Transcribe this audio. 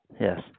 Yes